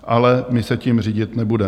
Ale my se tím řídit nebudeme.